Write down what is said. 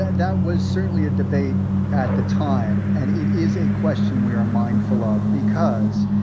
that was certainly a debate at the time. and it is a question we are mindful of because,